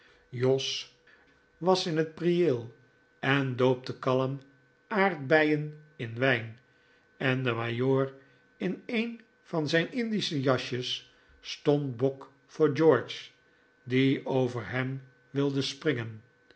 jos was in een prieel en doopte kalm aardbeien in wijn en de majoor in een van zijn indische jasjes stond bok voor george die over hem wilde springen